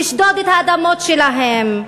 נשדוד את האדמות שלהם,